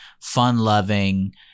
fun-loving